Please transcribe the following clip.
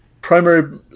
primary